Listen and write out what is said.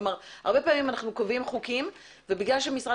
כלומר הרבה פעמים כותבים חוקים וכיוון שמשרד